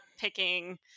picking